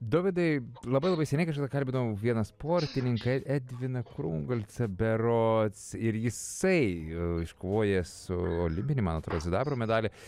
dovydai labai labai seniai kažkada kalbinau vieną sportininką edviną krungolcą berods ir jisai iškovojęs olimpinį man atrodo sidabro medalį